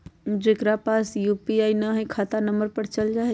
जेकरा पास यू.पी.आई न है त खाता नं पर चल जाह ई?